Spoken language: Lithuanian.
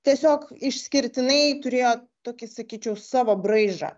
tiesiog išskirtinai turėjo tokį sakyčiau savo braižą